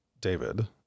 David